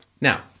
Now